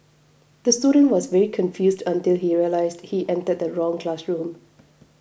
the student was very confused until he realised he entered the wrong classroom